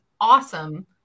awesome